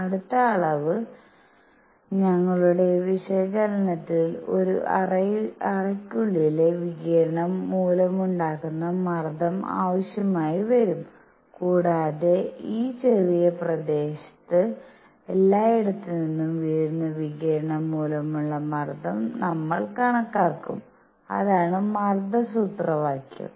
അടുത്ത അളവ് ഞങ്ങളുടെ വിശകലനത്തിൽ ഒരു അറയ്ക്കുള്ളിലെ വികിരണം മൂലമുണ്ടാകുന്ന മർദ്ദം ആവശ്യമായി വരും കൂടാതെ ഈ ചെറിയ പ്രദേശത്ത് എല്ലായിടത്തുനിന്നും വീഴുന്ന വികിരണം മൂലമുള്ള മർദ്ദം ഞങ്ങൾ കണക്കാക്കും അതാണ് മർദ്ദ സൂത്രവാക്യം